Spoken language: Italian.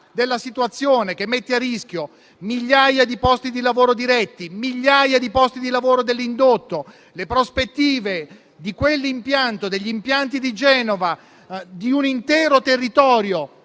della situazione che mette a rischio migliaia di posti di lavoro diretti e dell'indotto, le prospettive di quell'impianto, di quelli di Genova, di un intero territorio